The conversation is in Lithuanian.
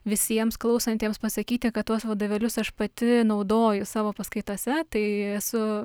visiems klausantiems pasakyti kad tuos vadovėlius aš pati naudoju savo paskaitose tai esu